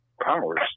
powers